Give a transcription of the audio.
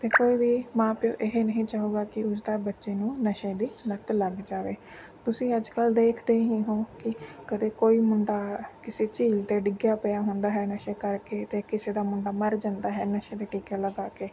ਅਤੇ ਕੋਈ ਵੀ ਮਾਂ ਪਿਓ ਇਹ ਨਹੀਂ ਚਾਹਵੇਗਾ ਕਿ ਉਸਦੇ ਬੱਚੇ ਨੂੰ ਨਸ਼ੇ ਦੀ ਲਤ ਲੱਗ ਜਾਵੇ ਤੁਸੀਂ ਅੱਜ ਕੱਲ੍ਹ ਦੇਖਦੇ ਹੀ ਹੋ ਕਿ ਕਦੇ ਕੋਈ ਮੁੰਡਾ ਕਿਸੇ ਝੀਲ 'ਤੇ ਡਿੱਗਿਆ ਪਿਆ ਹੁੰਦਾ ਹੈ ਨਸ਼ੇ ਕਰਕੇ ਅਤੇ ਕਿਸੇ ਦਾ ਮੁੰਡਾ ਮਰ ਜਾਂਦਾ ਹੈ ਨਸ਼ੇ ਦੇ ਟੀਕੇ ਲਗਾ ਕੇ